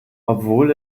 obwohl